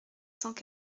cinq